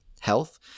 health